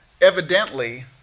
Evidently